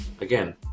again